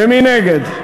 מי נגד?